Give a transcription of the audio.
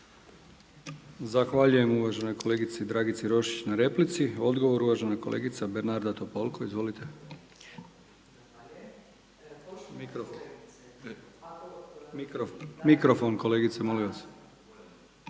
Zahvaljujem uvaženoj kolegici Dragici Roščić na replici. Odgovor uvažena kolegica Bernarda Topolko. Izvolite. **Topolko,